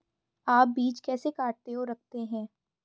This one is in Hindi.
आप बीज कैसे काटते और रखते हैं?